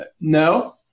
no